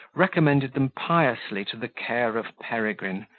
recommended them piously to the care of peregrine,